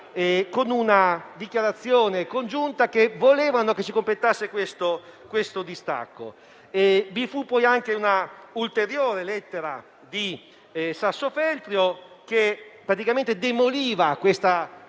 con una dichiarazione congiunta che volevano che si completasse il distacco. Vi fu poi anche una ulteriore lettera di Sassofeltrio che praticamente demoliva la fantomatica